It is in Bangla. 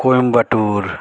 কোয়েম্বটুর